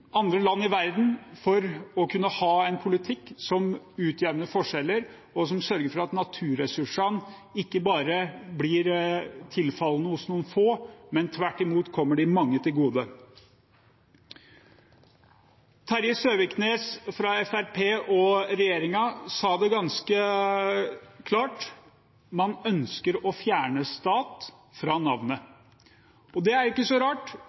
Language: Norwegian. andre land i verden når det gjelder å kunne ha en politikk som utjevner forskjeller og sørger for at naturressursene ikke bare tilfaller noen få, men tvert imot kommer de mange til gode. Terje Søviknes fra Fremskrittspartiet og regjeringen sa det ganske klart: Man ønsker å fjerne «stat» fra navnet. Og det er ikke så rart,